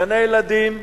גני-ילדים.